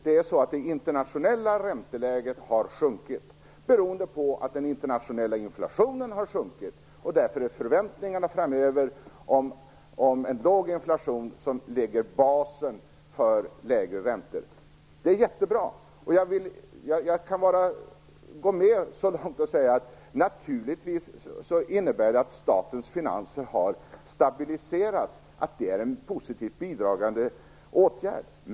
Det internationella ränteläget har sjunkit, beroende på att den internationella inflationen har sjunkit. Därför handlar förväntningarna framöver om en låg inflation som lägger basen för lägre räntor. Det är jättebra! Jag kan gå med så långt att jag säger att detta naturligtvis innebär att statens finanser har stabiliserats och att det är en positivt bidragande åtgärd.